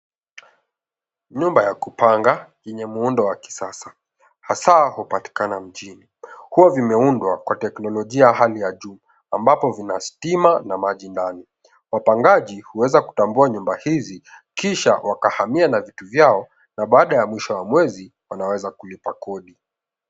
Nyumba ya kupanga, yenye muundo wa kisasa hasaa hupatikana mjini, huwa vimeundwa kwa teknolojia ya hali ya juu ambapo vina stima na maji ndani. Wapangaji huweza kutambua nyumba hizi kisha wakaweza kuhamia na vitu vyao na baada ya mwisho wa mwezi, wanaweza kulipa kodi.